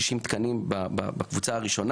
יש לנו בסך הכול 60 תקנים בקבוצה הראשונה,